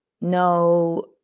no